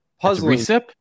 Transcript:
puzzling